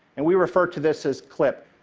and we refer to this as clip.